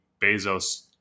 Bezos